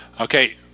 okay